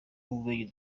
ubumenyi